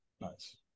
Nice